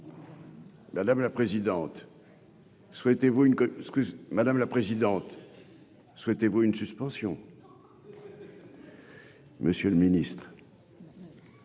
madame la présidente, souhaitez-vous une suspension. Monsieur le Ministre.